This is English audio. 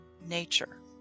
nature